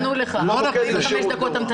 לא רק זה --- במקרה שענו לך, 45 דקות המתנה.